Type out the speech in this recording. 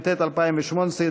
התשע"ט 2018,